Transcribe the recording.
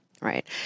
right